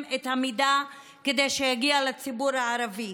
את המידע כדי שיגיע לציבור הערבי.